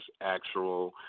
Actual